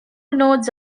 nodes